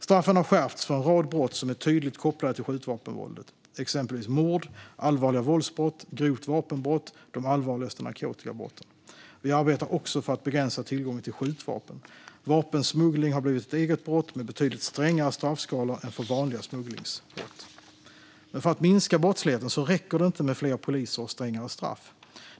Straffen har skärpts för en rad brott som är tydligt kopplade till skjutvapenvåldet, exempelvis mord, allvarliga våldsbrott, grovt vapenbrott och de allvarligaste narkotikabrotten. Vi arbetar också för att begränsa tillgången till skjutvapen. Vapensmuggling har blivit ett eget brott med betydligt strängare straffskalor än för vanliga smugglingsbrott. Men för att minska brottsligheten räcker det inte med fler poliser och strängare straff.